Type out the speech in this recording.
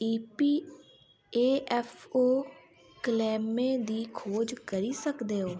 app P A F O क्लेमें दी खोज करी सकदे ओ